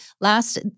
last